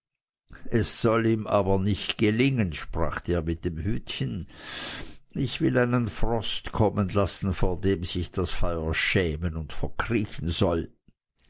es soll ihm aber nicht gelingen sprach der mit dem hütchen ich will einen frost kommen lassen vor dem sich das feuer schämen und verkriechen soll